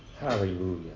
Hallelujah